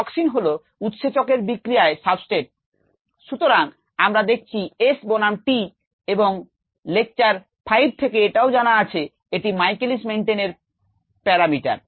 toxin হল উৎসেচক এর বিক্রিয়ায় সাবস্ট্রেট সুতরাং আমরা দেখছি s বনাম t এবং লেকচার 5 থেকে এটাও জানা আছে এটি Michaelis Menten এর প্যারামিটার